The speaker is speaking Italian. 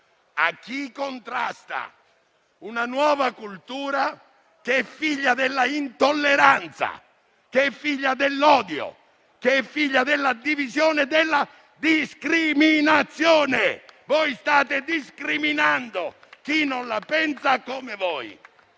violenza e una nuova cultura, che è figlia dell'intolleranza, che è figlia dell'odio, che è figlia della divisione e della discriminazione. Voi state discriminando chi non la pensa come voi.